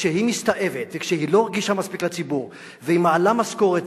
כשהיא מסתאבת וכשהיא לא רגישה מספיק לציבור והיא מעלה משכורת,